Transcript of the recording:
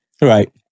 Right